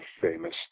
famous